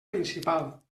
principal